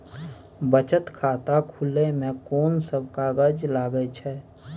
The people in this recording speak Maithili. बचत खाता खुले मे कोन सब कागज लागे छै?